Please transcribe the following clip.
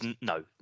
No